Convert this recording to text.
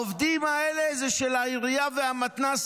העובדים האלה זה של העירייה והמתנ"ס.